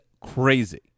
crazy